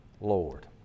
Lord